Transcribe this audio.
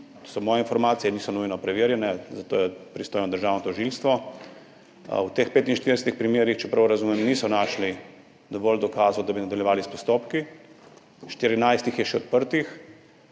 Moje informacije niso nujno preverjene, za to je pristojno Državno tožilstvo, v teh 45 primerih, če prav razumem, niso našli dovolj dokazov, da bi nadaljevali s postopki, 14 jih je še odprtih